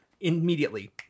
immediately